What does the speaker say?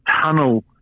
tunnel